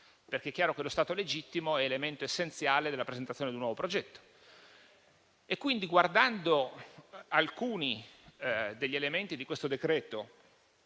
È chiaro che lo stato legittimo è elemento essenziale della presentazione di un nuovo progetto. Pertanto, guardando alcuni degli elementi del decreto-legge